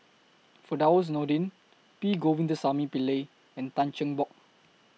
Firdaus Nordin P Govindasamy Pillai and Tan Cheng Bock